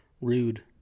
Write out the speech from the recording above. Rude